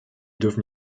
dürfen